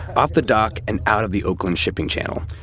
off the dock and out of the oakland shipping channel.